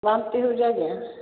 ବାନ୍ତି ହେଉଛି ଆଜ୍ଞା